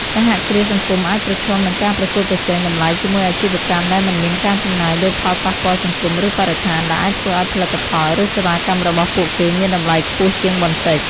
សហគ្រាសសង្គមអាចប្រឈមនឹងការប្រកួតប្រជែងតម្លៃជាមួយអាជីវកម្មដែលមិនមានការចំណាយលើផលប៉ះពាល់សង្គម ឬបរិស្ថាន ដែលអាចធ្វើឱ្យផលិតផល ឬសេវាកម្មរបស់ពួកគេមានតម្លៃខ្ពស់ជាងបន្តិច ។